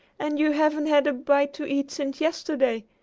and you haven't had a bite to eat since yesterday!